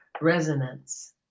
resonance